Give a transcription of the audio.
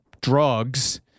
drugs